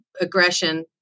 aggression